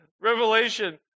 Revelation